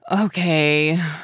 Okay